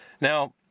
Now